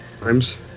times